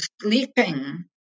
sleeping